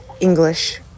English